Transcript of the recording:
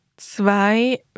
zwei